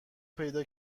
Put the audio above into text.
پیدا